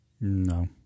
No